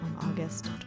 August